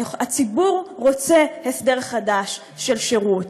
הציבור רוצה הסדר חדש של שירות.